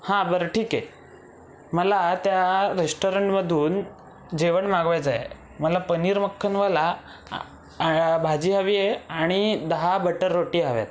हां बरं ठीक आहे मला त्या रेश्टॉरंटमधून जेवण मागवायचं आहे मला पनीर मख्खनवाला भाजी हवीये आणि दहा बटर रोटी हव्यात